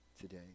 today